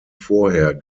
vorher